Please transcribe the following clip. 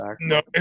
no